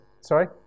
Sorry